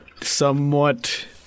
somewhat